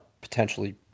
potentially